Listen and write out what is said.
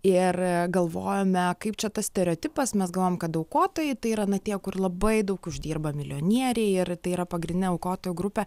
ir galvojome kaip čia tas stereotipas mes galvojom kad aukotojai tai yra na tie kur labai daug uždirba milijonieriai ir tai yra pagrindinė aukotojų grupė